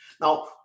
Now